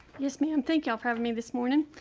yes, ma'am. thank y'all for having me this morning.